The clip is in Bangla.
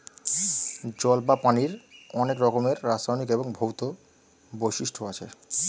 জল বা পানির অনেক রকমের রাসায়নিক এবং ভৌত বৈশিষ্ট্য আছে